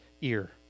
ear